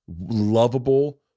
lovable